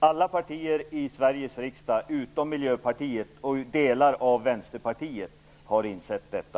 Alla partier i Vänsterpartiet har insett detta.